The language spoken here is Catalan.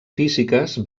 físiques